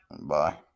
Bye